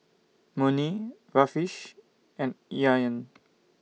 Murni Rafish and Aryan